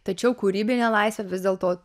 tačiau kūrybinę laisvę vis dėlto